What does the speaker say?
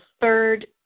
third